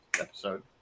episode